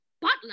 butler